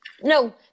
no